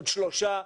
בעוד שלושה שבועות,